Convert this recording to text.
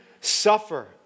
suffer